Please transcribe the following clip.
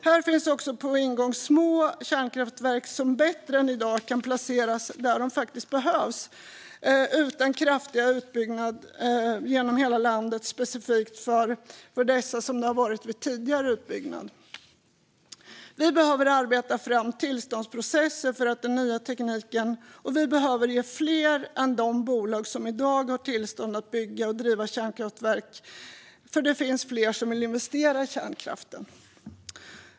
Här finns också små kärnkraftverk på ingång som bättre än i dag kan placeras där de faktiskt behövs utan kraftiga utbyggnader genom hela landet specifikt för dessa som det har vid tidigare utbyggnad. Vi behöver arbeta fram tillståndsprocesser för den nya tekniken, och vi behöver ge fler bolag tillstånd att bygga och driva kärnkraft än de bolag som i dag har tillstånd, eftersom det finns fler som vill investera i kärnkraften.